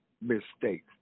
mistakes